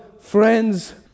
friends